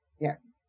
Yes